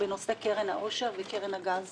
בנושא קרן העושר וקרן הגז